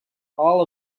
all